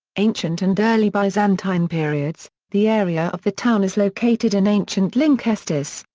ancient and early byzantine periods the area of the town is located in ancient lynkestis,